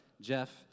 Jeff